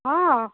অ